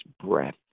breath